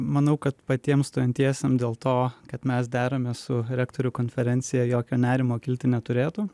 manau kad patiem stojantiesiem dėl to kad mes deramės su rektorių konferencija jokio nerimo kilti neturėtų